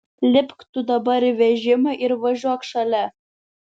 lipk tu dabar į vežimą ir važiuok šalia